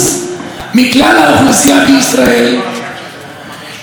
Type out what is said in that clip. והשייכות שלנו למדינה לא מוטלת בספק.